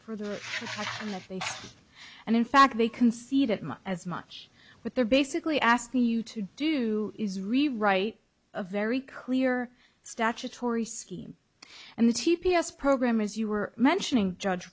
that they and in fact they can see that much as much but they're basically asking you to do is rewrite a very clear statutory scheme and the t p s program as you were mentioning judge